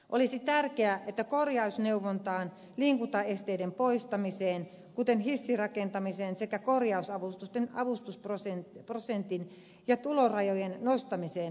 olisi tärkeää että korjausneuvontaan liikuntaesteiden poistamiseen kuten hissirakentamiseen sekä korjausavustusten avustusprosentin ja tulorajojen nostamiseen löydettäisiin varoja